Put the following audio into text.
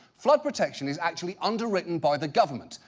flood protection is actually underwritten by the government,